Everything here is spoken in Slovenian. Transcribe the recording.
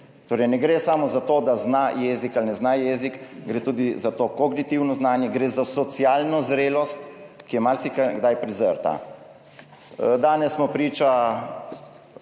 gre torej samo za to, da zna jezik ali ne zna jezika, gre tudi za to kognitivno znanje, gre za socialno zrelost, ki je marsikdaj prezrta. Danes smo priča